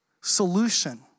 solution